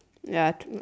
ya true